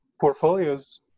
portfolios